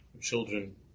children